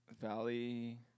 valley